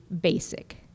basic